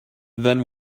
then